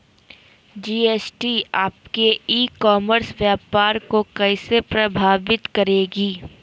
GST आपके e commerce व्यापार को कैसे प्रभावित करेगी?